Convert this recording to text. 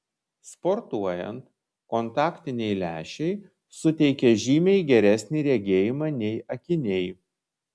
sportuojant kontaktiniai lęšiai suteikia žymiai geresnį regėjimą nei akiniai